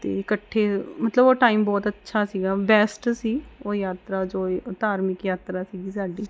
ਅਤੇ ਇਕੱਠੇ ਮਤਲਬ ਉਹ ਟਾਈਮ ਬਹੁਤ ਅੱਛਾ ਸੀਗਾ ਬੈਸਟ ਸੀ ਉਹ ਯਾਤਰਾ ਜੋ ਧਾਰਮਿਕ ਯਾਤਰਾ ਸੀਗੀ ਸਾਡੀ